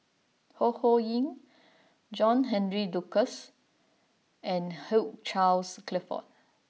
Ho Ho Ying John Henry Duclos and Hugh Charles Clifford